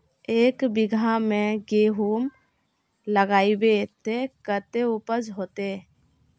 एक बिगहा में गेहूम लगाइबे ते कते उपज होते?